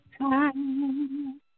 time